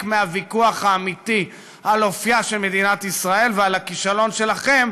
מהוויכוח האמיתי על אופייה של מדינת ישראל ועל הכישלון שלכם